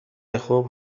خوب